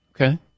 Okay